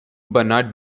bernard